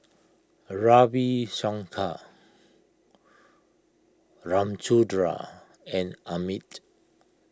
Ravi Shankar Ramchundra and Amit